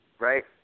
right